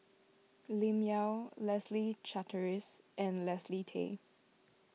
Lim Yau Leslie Charteris and Leslie Tay